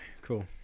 Cool